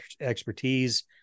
expertise